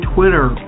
Twitter